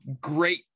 great